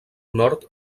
nord